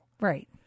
right